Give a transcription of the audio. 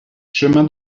chemin